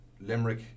Limerick